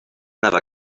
never